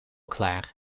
klaar